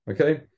Okay